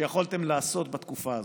שיכולתם לעשות בתקופה הזאת.